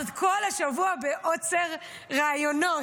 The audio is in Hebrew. אז את כל השבוע בעוצר ראיונות,